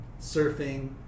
surfing